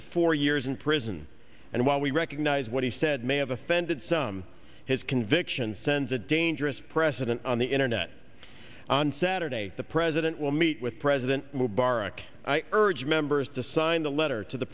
to four years in prison and while we recognize what he said may have offended some his convictions sends a dangerous precedent on the internet on saturday the president will meet with president mubarak i urge members to sign the letter to the